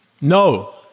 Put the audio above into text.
No